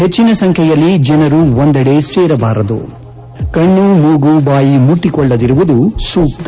ಹೆಚ್ಚಿನ ಸಂಖ್ಲೆಯಲ್ಲಿ ಜನರು ಒಂದೆಡೆ ಸೇರಬಾರದು ಕಣ್ಣು ಮೂಗು ಬಾಯಿ ಮುಟ್ಟಿಕೊಳ್ಳದಿರುವುದು ಸೂಕ್ತ